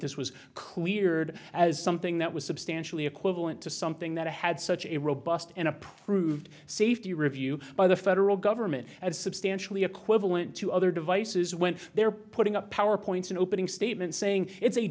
this was cleared as something that was substantially equivalent to something that a had such a robust and approved safety review by the federal government at substantially equivalent to other devices when they're putting up power points and opening statements saying it's a